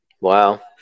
Wow